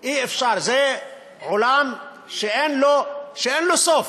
אי-אפשר, זה עולם שאין לו סוף,